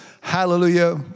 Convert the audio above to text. hallelujah